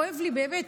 כואב לי באמת,